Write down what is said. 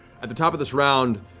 at the top of this round,